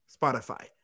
Spotify